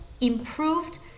improved